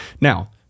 Now